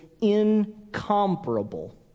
incomparable